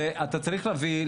אתה צריך להביא,